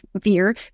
fear